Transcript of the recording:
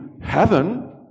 heaven